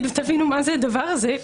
תבינו מה זה הדבר הזה.